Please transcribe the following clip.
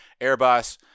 Airbus